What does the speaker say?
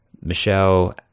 Michelle